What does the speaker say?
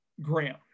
Graham